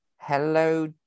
Hello